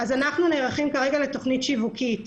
אנחנו נערכים לתוכנית שיווקית